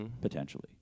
Potentially